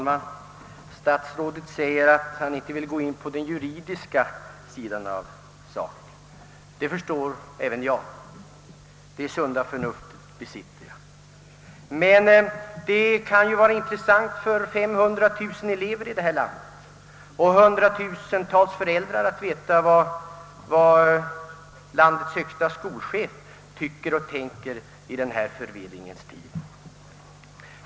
Herr talman! Statsrådet säger att han inte vill gå in på den juridiska sidan av saken. Det förstår även jag. Så mycket sunt förnuft besitter jag. Men det kan vara intressant för 500 000 elever i detta land och hundratusentals föräldrar att veta vad landets högste skolchef tycker och tänker i denna förvirringens tid.